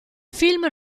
film